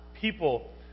people